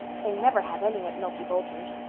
they never have any at milty boulter's.